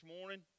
morning